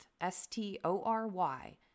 S-T-O-R-Y